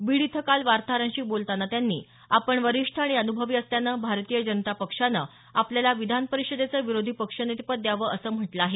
बीड इथं काल वार्ताहरांशी बोलताना त्यांनी आपण वरीष्ठ आणि अनुभवी असल्यानं भारतीय जनता पक्षानं आपल्याला विधानपरिषदेचं विरोधी पक्षनेतेपद द्यावं असं म्हटलं आहे